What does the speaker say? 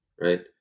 right